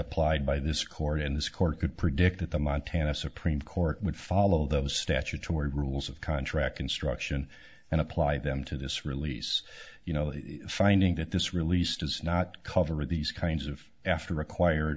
applied by this court and this court could predict that the montana supreme court would follow those statutory rules of contract construction and apply them to this release you know finding that this release does not cover of these kinds of after required